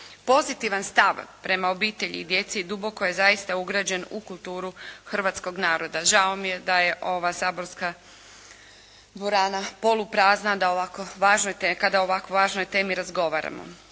Pozitivan stav prema obitelji i djeci duboko je zaista ugrađen u kulturu hrvatskog naroda. Žao mi je da je ova saborska dvorana poluprazna da o ovako važnoj, kada o ovako